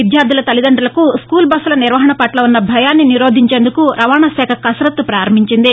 విద్యార్థుల తల్లిదండులకు స్కూల్బస్ల నిర్వహణ పట్ల ఉన్న భయాన్ని నిరోధించేందుకు రవాణా శాఖ కసరత్తు ప్రారంభమయ్యింది